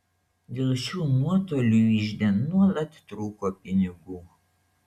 dėl šių nuotolių ižde nuolat trūko pinigų